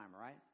right